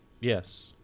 Yes